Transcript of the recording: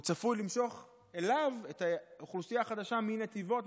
הוא צפוי למשוך אליו את האוכלוסייה החדשה מנתיבות.